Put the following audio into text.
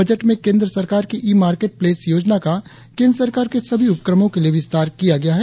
budget में केंद्र सरकार की ई मार्केट प्लेस योजना का केंद्र सरकार के सभी उपक्रमों के लिए विस्तार किया गया है